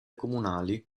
comunali